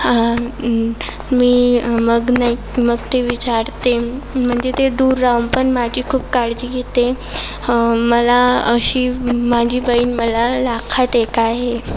आ हं मी मग नाही मग ती विचारते म्हणजे ती दूर राहून पण माझी खूप काळजी घेते हं मला अशी माझी बहीण मला लाखात एक आहे